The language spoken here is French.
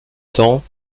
temps